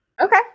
Okay